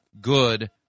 good